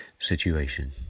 situation